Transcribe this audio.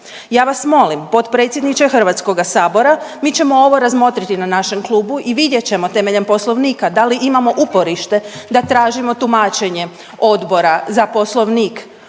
Ja vas molim potpredsjedniče Hrvatskoga sabora, mi ćemo ovo razmotriti na našem klubu i vidjet ćemo temeljem Poslovnika da li imamo uporište da tražimo tumačenje Odbora za Poslovnik,